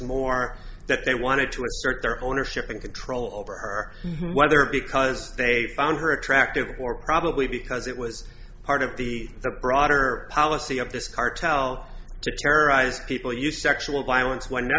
more that they wanted to assert their ownership and control over her whether because they found her attractive or probably because it was part of the the broader policy of this cartel to terrorize people used sexual violence when